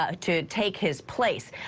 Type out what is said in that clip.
ah to take his place.